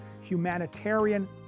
humanitarian